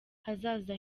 hazaza